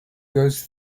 goes